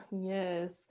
yes